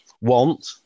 want